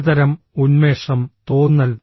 ഒരുതരം ഉന്മേഷം തോന്നൽ